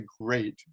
great